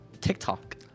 tiktok